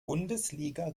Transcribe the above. bundesliga